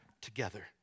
together